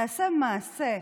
תעשה, תעשה מעשה,